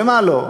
ומה לא.